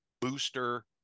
booster